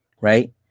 right